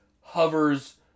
hovers